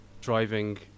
driving